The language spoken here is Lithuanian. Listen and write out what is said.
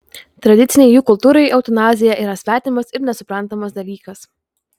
tradicinei jų kultūrai eutanazija yra svetimas ir nesuprantamas dalykas